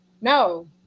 No